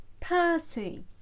Percy